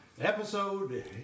episode